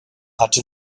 hatte